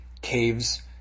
caves